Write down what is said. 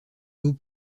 dos